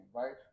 right